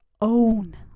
own